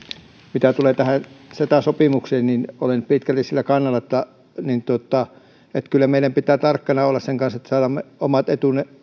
mitä tulee tähän ceta sopimukseen niin olen pitkälti sillä kannalla että kyllä meidän pitää tarkkana olla sen kanssa että saadaan omat etumme